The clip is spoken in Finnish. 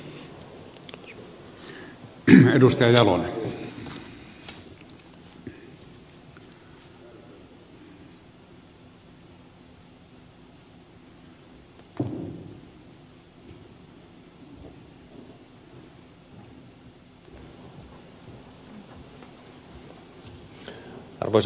arvoisa puhemies